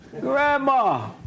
grandma